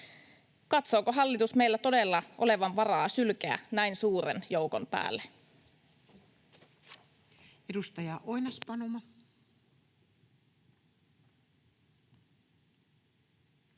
Katsooko hallitus meillä todella olevan varaa sylkeä näin suuren joukon päälle?